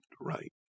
right